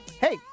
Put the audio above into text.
Hey